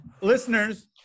Listeners